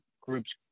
groups